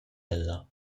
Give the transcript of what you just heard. ella